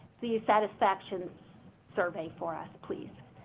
the satisfaction survey for us, please.